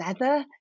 leather